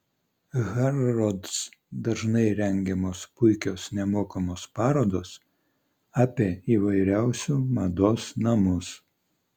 harrods dažnai rengiamos puikios nemokamos parodos apie įvairiausiu mados namus